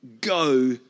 go